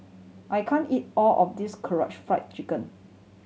I can't eat all of this Karaage Fried Chicken